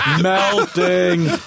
melting